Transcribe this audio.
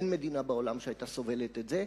אין מדינה בעולם שהיתה סובלת את זה,